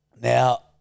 now